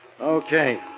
Okay